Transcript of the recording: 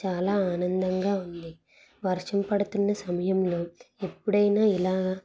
చాలా ఆనందంగా ఉంది వర్షం పడుతున్న సమయంలో ఎప్పుడైనా ఇలా